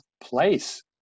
place